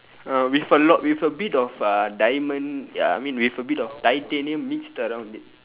uh with a lot with a bit of uh diamond ya I mean with a bit of titanium mixed around it